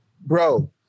bro